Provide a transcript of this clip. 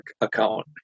account